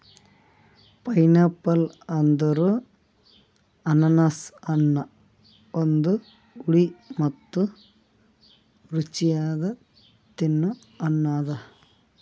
pineapple ಅಂದುರ್ ಅನಾನಸ್ ಹಣ್ಣ ಒಂದು ಹುಳಿ ಮತ್ತ ರುಚಿಯಾದ ತಿನ್ನೊ ಹಣ್ಣ ಅದಾ